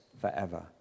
forever